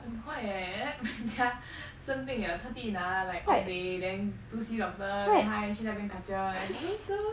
很坏了等下人家生病 liao 特地拿 like off day then go see doctor then 他还去那边 kachiao hello sir